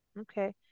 Okay